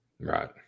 right